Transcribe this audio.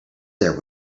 there